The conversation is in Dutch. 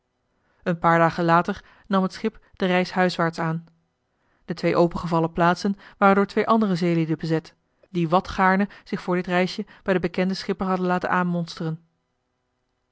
een paar dagen later nam het schip de reis huiswaarts aan de twee opengevallen plaatsen waren door twee andere zeelieden bezet die wat gaarne zich voor dit reisje bij den bekenden schipper hadden laten